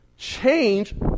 change